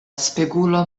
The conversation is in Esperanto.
spegulo